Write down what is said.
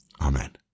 Amen